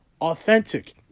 authentic